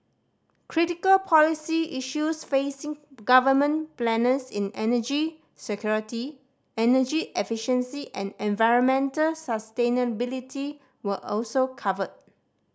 critical policy issues facing government planners in energy security energy efficiency and environmental sustainability were also covered